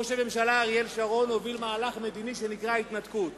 ראש הממשלה אריאל שרון הוביל מהלך מדיני שנקרא התנתקות,